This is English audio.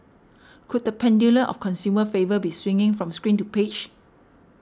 could the pendulum of consumer favour be swinging from screen to page